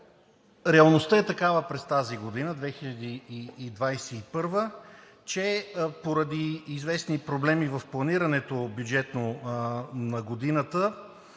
Реалността е такава през тази година – 2021-а, че поради известни проблеми в бюджетното планиране на годината,